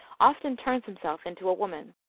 often turns himself into a woman.